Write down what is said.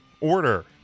order